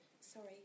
sorry